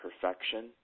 perfection